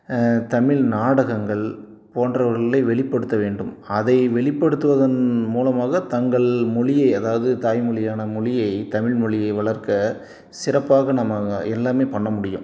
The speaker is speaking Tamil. தமிழ் நாடகங்கள் போன்றவர்களை வெளிப்படுத்த வேண்டும் அதை வெளிப்படுத்துவதன் மூலமாக தங்கள் மொழியை அதாவது தாய்மொழியான மொழியை தமிழ் மொழியை வளர்க்க சிறப்பாக நம்ம அங்கே எல்லாமே பண்ண முடியும்